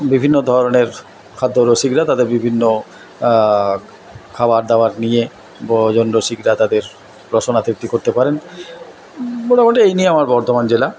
বিভিন্ন ধরনের খাদ্য রসিকরা তাদের বিভিন্ন খাওয়ার দাওয়ার নিয়ে ভোজন রসিকরা তাদের রসনা তৃপ্তি করতে পারেন মোটামোটি এই নিয়ে আমার বর্ধমান জেলা